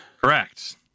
Correct